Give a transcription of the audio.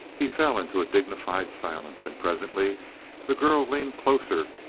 he fell into a dignified silence, and presently the girl leaned closer,